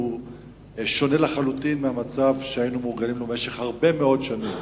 שהוא שונה לחלוטין מהמצב שהיינו מורגלים בו הרבה מאוד שנים,